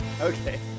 Okay